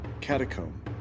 catacomb